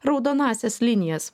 raudonąsias linijas